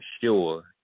sure